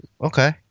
Okay